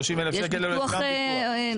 לממשלה או נציגה ויאמר: אורנה ברביבאי מושחתת,